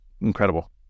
incredible